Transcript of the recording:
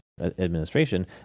administration